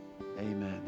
Amen